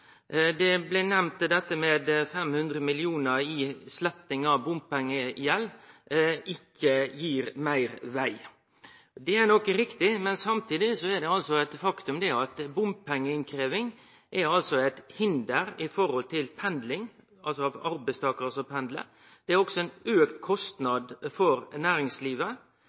Det blei nemnt at 500 mill. kr i sletting av bompengegjeld ikkje gir meir veg. Det er nok riktig, men samtidig er det eit faktum at innkrevjing av bompengar er eit hinder når det gjeld pendling, altså for arbeidstakararar som pendlar. Det er også ein auka kostnad for næringslivet.